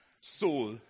soul